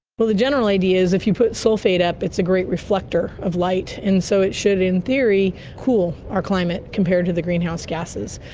but the general idea is that if you put sulphate up it's a great reflector of light and so it should, in theory, cool our climate compared to the greenhouse gases.